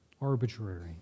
arbitrary